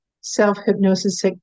self-hypnosis